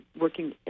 working